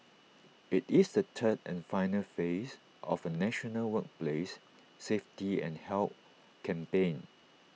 IT is the third and final phase of A national workplace safety and health campaign